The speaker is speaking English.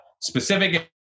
specific